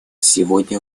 сегодня